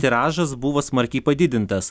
tiražas buvo smarkiai padidintas